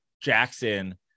Jackson